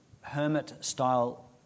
hermit-style